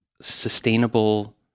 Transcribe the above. sustainable